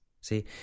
see